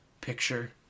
picture